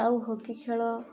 ଆଉ ହକି ଖେଳ